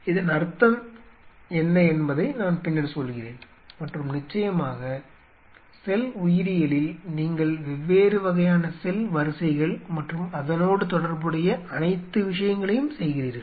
இதன் அர்த்தம் என்ன என்பதை நான் பின்னர் சொல்கிறேன் மற்றும் நிச்சயமாக செல் உயிரியலில் நீங்கள் வெவ்வேறு வகையான செல் வரிசைகள் மற்றும் அதனோடு தொடர்புடைய அனைத்து விஷயங்களையும் செய்கிறீர்கள்